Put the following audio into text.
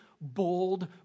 bold